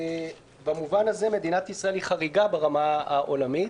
במובן הזה מדינת ישראל היא חריגה ברמה העולמית,